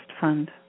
fund